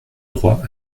droit